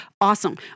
Awesome